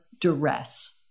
duress